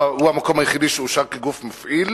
והוא המקום היחיד שאושר כגוף מפעיל.